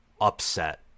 upset